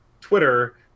Twitter